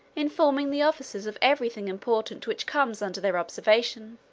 informing the officers of every thing important which comes under their observation.